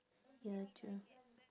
ya true